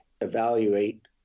evaluate